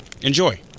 Enjoy